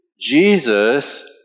Jesus